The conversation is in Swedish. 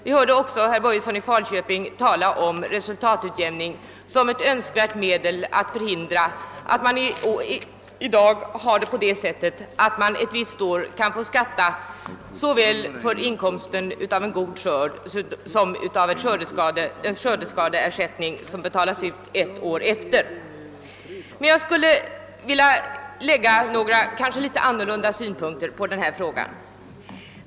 Vi hörde också herr Börjesson i Falköping tala om resultatutjämning som ett önskvärt medel för att förhindra, att man ett visst år får skatta såväl för inkomsten av en god skörd som för skördeskadeersättning som betalats ut ett år efter den felslagna skörden. Jag skulle emellertid vilja anlägga ytterligare några synpunkter på denna fråga.